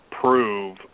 prove